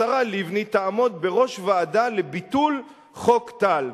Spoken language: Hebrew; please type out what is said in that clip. השרה לבני תעמוד בראש ועדה לביטול חוק טל.